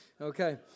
Okay